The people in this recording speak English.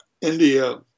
India